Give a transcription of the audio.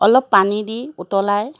অলপ পানী দি উতলাই